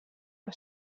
que